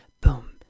boom